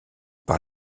par